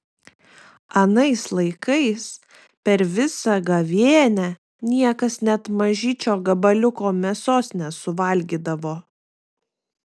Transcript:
anais laikais per visą gavėnią niekas net mažyčio gabaliuko mėsos nesuvalgydavo